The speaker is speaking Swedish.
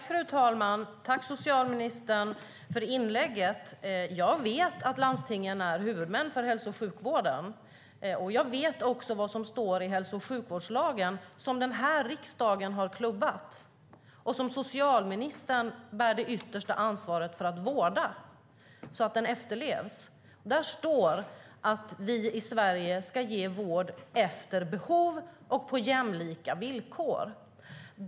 Fru talman! Tack, socialministern, för inlägget! Jag vet att landstingen är huvudmän för hälso och sjukvården. Jag vet också vad som står i hälso och sjukvårdslagen, som den här riksdagen har klubbat och som socialministern bär det yttersta ansvaret för att vårda så att den efterlevs. Där står att vi i Sverige ska ge vård efter behov och på jämlika villkor.